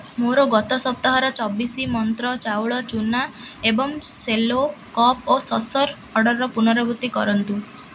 ମୋର ଗତ ସପ୍ତାହର ଚବିଶ ମନ୍ତ୍ର ଚାଉଳ ଚୂନା ଏବଂ ସେଲୋ କପ୍ ଓ ସସର୍ ଅର୍ଡ଼ର୍ର ପୁନରାବୃତ୍ତି କରନ୍ତୁ